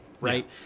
right